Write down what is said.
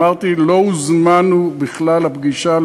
אמרתי: לא הוזמנו בכלל לפגישה,